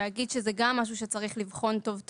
ולהגיד שזה גם משהו שצריך לבחון היטב.